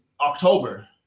October